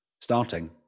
starting